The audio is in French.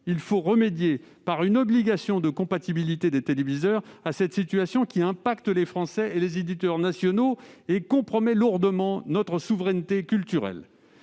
Il faut remédier, par une obligation de compatibilité des téléviseurs, à cette situation qui pénalise les Français et les éditeurs nationaux et compromet lourdement notre souveraineté culturelle.